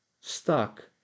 stuck